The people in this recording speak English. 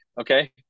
okay